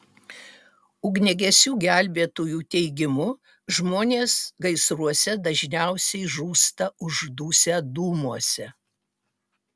ugniagesių gelbėtojų teigimu žmonės gaisruose dažniausiai žūsta uždusę dūmuose